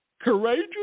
courageous